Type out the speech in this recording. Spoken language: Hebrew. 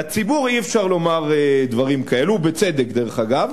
לציבור אי-אפשר לומר דברים כאלו, ובצדק, דרך אגב.